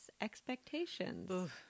expectations